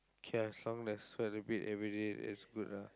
okay I have some less so repeat everyday it's good ah